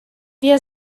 wir